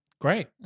Great